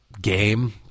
game